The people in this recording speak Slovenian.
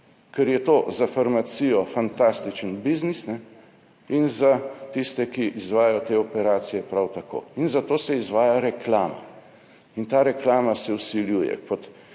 ker je to za farmacijo fantastičen biznis in za tiste, ki izvajajo te operacije, prav tako. In zato se izvaja reklama, in ta reklama se vsiljuje kot